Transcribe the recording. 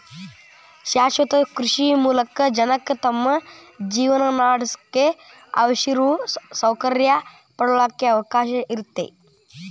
ಶಾಶ್ವತ ಕೃಷಿ ಮೂಲಕ ಜನಕ್ಕ ತಮ್ಮ ಜೇವನಾನಡ್ಸಾಕ ಅವಶ್ಯಿರೋ ಸೌಕರ್ಯ ಪಡ್ಕೊಳಾಕ ಅವಕಾಶ ಇರ್ತೇತಿ